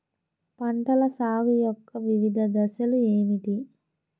పంటల సాగు యొక్క వివిధ దశలు ఏమిటి?